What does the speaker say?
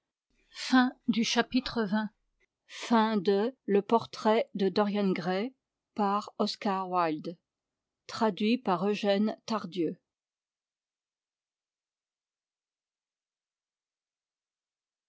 le portrait de dorian gray